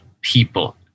people